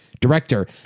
director